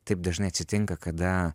taip dažnai atsitinka kada